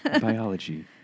Biology